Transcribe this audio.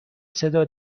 صدا